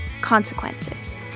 consequences